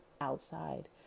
outside